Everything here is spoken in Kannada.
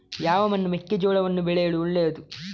ಯಾವ ಮಣ್ಣು ಮೆಕ್ಕೆಜೋಳವನ್ನು ಬೆಳೆಯಲು ಒಳ್ಳೆಯದು?